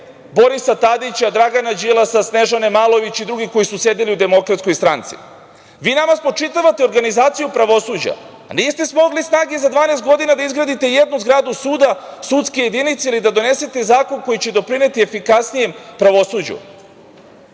Borisa Tadića, Dragana Đilasa, Snežane Malović i drugih koji su sedeli u DS.Vi nama spočitavate organizaciju pravosuđa, a niste smogli snage za 12 godina da izgradite jednu zgradu suda, sudske jedinice ili da donesete zakon koji će doprineti efikasnijem pravosuđu.